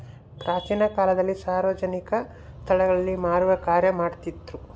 ಪ್ರಾಚೀನ ಕಾಲದಲ್ಲಿ ಸಾರ್ವಜನಿಕ ಸ್ಟಳಗಳಲ್ಲಿ ಮಾರುವ ಕಾರ್ಯ ಮಾಡ್ತಿದ್ರು